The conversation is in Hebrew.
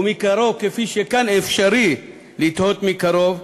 ומקרוב כפי שכאן אפשרי לתהות מקרוב,